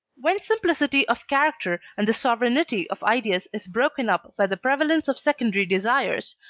when simplicity of character and the sovereignty of ideas is broken up by the prevalence of secondary desires,